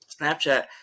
Snapchat